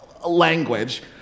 language